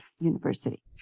University